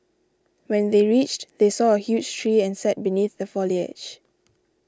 when they reached they saw a huge tree and sat beneath the foliage